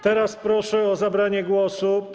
Teraz proszę o zabranie głosu.